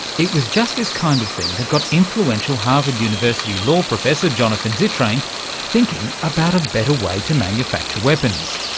it was just this kind of thing that got influential harvard university law professor jonathan zittrain thinking about a better way to manufacture weapons.